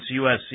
USC